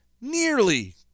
nearly